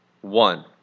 one